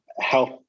health